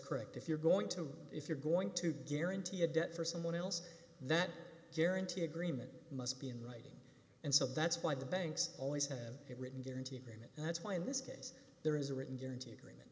correct if you're going to if you're going to guarantee a debt for someone else that guarantee agreement must be in writing and so that's why the banks always have it written guarantee agreement and that's why in this case there is a written guarantee agreement